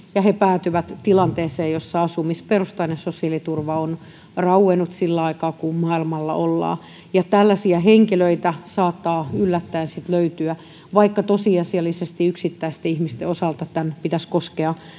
ja jotka päätyvät tilanteeseen jossa asumisperusteinen sosiaaliturva on rauennut sillä aikaa kun maailmalla ollaan tällaisia henkilöitä saattaa yllättäen sitten löytyä vaikka tosiasiallisesti yksittäisten ihmisten osalta tämän pitäisi koskea